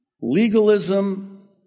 Legalism